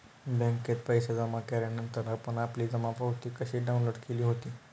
बँकेत पैसे जमा केल्यानंतर आपण आपली जमा पावती कशी डाउनलोड केली होती?